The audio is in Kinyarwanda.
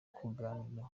kuganira